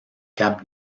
cap